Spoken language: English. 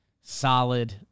solid